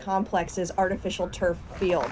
complex is artificial turf field